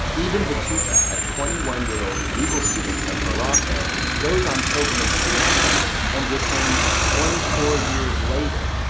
ibn battuta, a twenty one year old legal student from morocco goes on pilgrimage to mecca and returns twenty four years later.